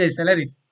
salaries